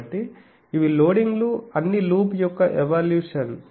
కాబట్టి ఇవి లోడింగ్లు అని లూప్ యొక్క ఎవల్యూషన్